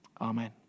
Amen